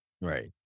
Right